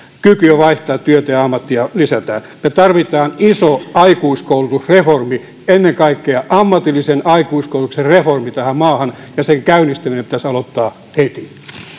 kykyä vaihtaa työtä ja ja ammattia lisätään me tarvitsemme ison aikuiskoulutusreformin ennen kaikkea ammatillisen aikuiskoulutuksen reformin tähän maahan ja sen käynnistäminen pitäisi aloittaa heti